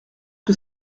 que